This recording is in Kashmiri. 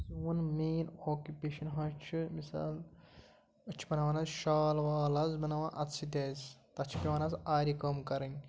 سون مین اوکِپیشَن حظ چھِ مِثال أسۍ چھِ بَناوان حظ شال وال حظ بَناوان اَتھٕ سۭتۍ حظ تَتھ چھِ پٮ۪وان حظ آرِ کٲم کَرٕنۍ